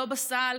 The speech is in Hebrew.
לא בסל.